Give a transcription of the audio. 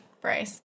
Bryce